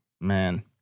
man